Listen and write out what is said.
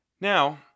Now